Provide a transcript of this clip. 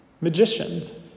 magicians